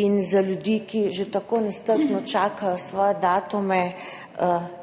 in za ljudi, ki že tako nestrpno čakajo svoje datume